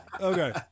okay